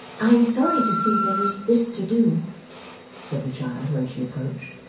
i'm sorry to see there is this to do said the child when she approached.